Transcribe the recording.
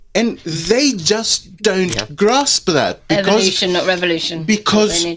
and they just don't yeah grasp that revelation that revelation because.